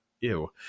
Ew